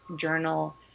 journal